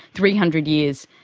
three hundred years,